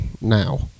now